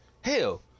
Hell